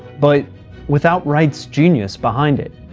but without wright's genius behind it.